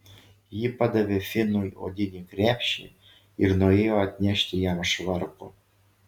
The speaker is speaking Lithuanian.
ji padavė finui odinį krepšį ir nuėjo atnešti jam švarko